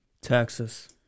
Texas